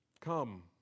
Come